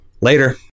Later